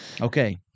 Okay